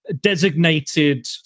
designated